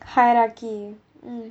hierarchy